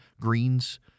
greens